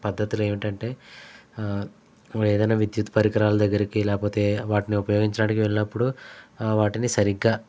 పద్ధతులు ఏమిటంటే ఏదన్న విద్యుత్ పరికరాల దగ్గరికి లేకపోతే వాట్ని ఉపయోగించడానికి వెళ్ళినప్పుడు వాటిని సరిగ్గా